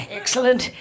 excellent